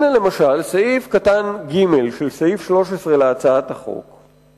הנה, למשל, סעיף קטן (ג) של סעיף 13 להצעת החוק,